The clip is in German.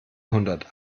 hundert